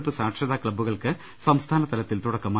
ടുപ്പ് സാക്ഷരതാ ക്ലബ്ബുകൾക്ക് സംസ്ഥാനതലത്തിൽ തുടക്കമായി